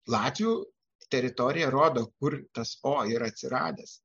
latvių teritorija rodo kur tas o yra atsiradęs